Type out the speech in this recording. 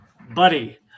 buddy